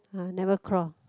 uh never crawl